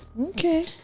Okay